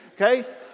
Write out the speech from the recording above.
okay